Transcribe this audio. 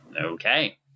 Okay